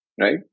Right